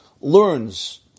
learns